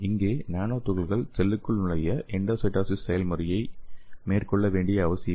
இங்கே நானோ துகள்கள் செல்லுக்குள் நுழைய எண்டோசைட்டோசிஸ் செயல்முறையை மேற்கொள்ள வேண்டிய அவசியமில்லை